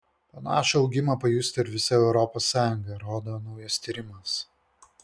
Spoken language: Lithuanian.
panašų augimą pajustų ir visa europos sąjunga rodo naujas tyrimas